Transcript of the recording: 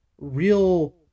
real